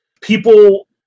people